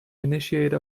initiate